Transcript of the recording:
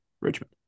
richmond